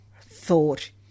thought